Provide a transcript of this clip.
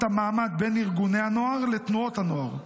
המעמד בין ארגוני הנער לתנועות הנוער.